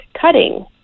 cutting